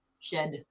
shed